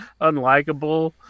unlikable